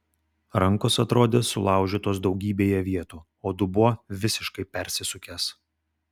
rankos atrodė sulaužytos daugybėje vietų o dubuo visiškai persisukęs